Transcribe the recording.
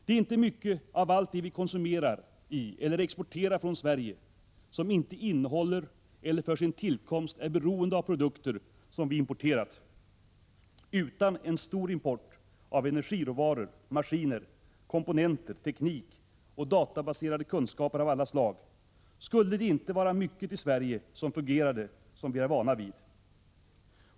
Det är inte mycket av allt det vi konsumerar i eller exporterar från Sverige som inte innehåller eller för sin tillkomst är beoende av produkter som vi importerat. Utan en stor import av energiråvaror, maskiner, komponenter, teknik och databaserade kunskaper av alla slag skulle det inte vara mycket i Sverige som fungerade som vi är vana vid.